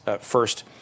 First